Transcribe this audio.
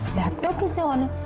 focus ah on,